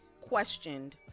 questioned